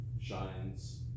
shines